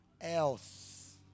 else